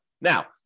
Now